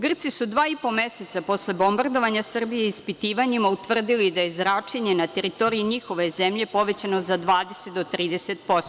Grci su dva i po meseca posle bombardovanja Srbije ispitivanjima utvrdili da je zračenje na teritoriji njihove zemlje povećano za 20-30%